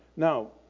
Now